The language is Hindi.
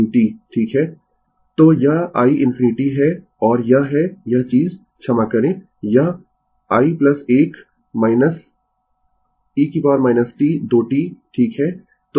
तो यह i ∞ है और यह है यह चीज क्षमा करें यह 1 1 e t 2 t ठीक है